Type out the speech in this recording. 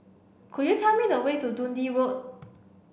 could you tell me the way to Dundee Road